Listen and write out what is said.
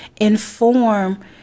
inform